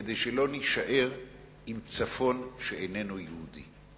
כדי שלא נישאר עם צפון שאיננו יהודי.